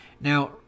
Now